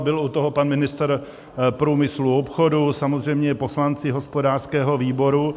Byl u toho pan ministr průmyslu a obchodu, samozřejmě poslanci hospodářského výboru.